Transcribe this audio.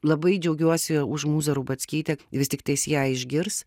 labai džiaugiuosi už mūzą rubackytę vis tiktais ją išgirs